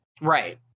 Right